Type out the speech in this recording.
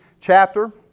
chapter